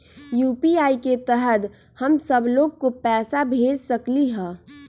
UPI के तहद हम सब लोग को पैसा भेज सकली ह?